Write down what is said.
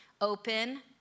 open